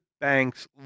Banks